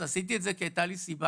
עשיתי את זה כי הייתה לי סיבה?